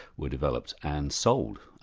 were developed, and sold.